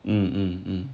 mm mm mm